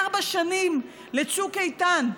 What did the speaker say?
ארבע שנים לצוק איתן,